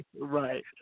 right